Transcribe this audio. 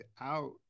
out